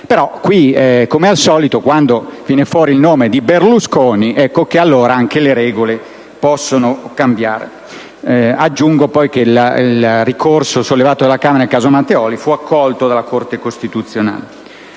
Però qui, come al solito, quando viene fuori il nome di Berlusconi, ecco che allora anche le regole possono cambiare. Aggiungo poi che il ricorso sollevato dalla Camera nel caso Matteoli fu accolto dalla Corte costituzionale.